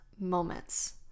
moments